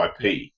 IP